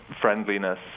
friendliness